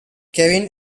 kevin